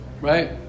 Right